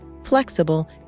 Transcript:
Flexible